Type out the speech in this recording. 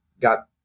got